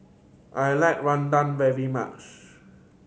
I like rendang very much